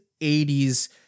80s